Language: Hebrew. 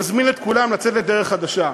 מזמין את כולם לצאת לדרך חדשה.